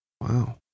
Wow